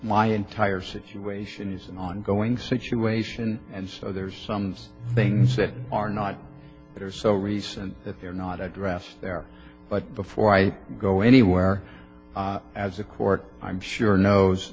my entire situation is an ongoing situation and so there's some things that are not that are so recent that they're not addressed there but before i go anywhere as the court i'm sure knows